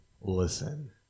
listen